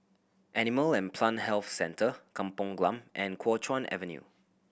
Animal and Plant Health Centre Kampong Glam and Kuo Chuan Avenue